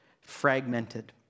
fragmented